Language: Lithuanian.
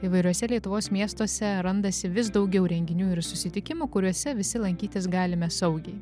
įvairiuose lietuvos miestuose randasi vis daugiau renginių ir susitikimų kuriuose visi lankytis galime saugiai